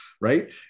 right